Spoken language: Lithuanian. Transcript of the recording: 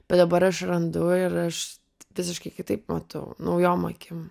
bet dabar aš randu ir aš visiškai kitaip matau naujom akim